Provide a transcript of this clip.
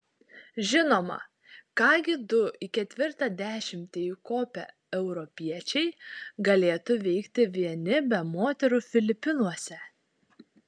žinoma ką gi du į ketvirtą dešimtį įkopę europiečiai galėtų veikti vieni be moterų filipinuose